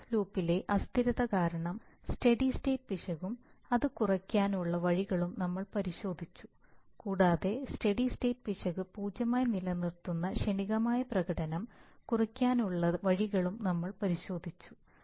process ലൂപ്പിലെ അസ്ഥിരത കാരണം സ്റ്റെഡി സ്റ്റേറ്റ് പിശകും അത് കുറയ്ക്കുന്നതിനുള്ള വഴികളും നമ്മൾ പരിശോധിച്ചു കൂടാതെ സ്റ്റെഡി സ്റ്റേറ്റ് പിശക് പൂജ്യമായി നിലനിർത്തുന്ന ക്ഷണികമായ പ്രകടനം കുറയ്ക്കുന്നതിനുള്ള വഴികളും നമ്മൾ പരിശോധിച്ചു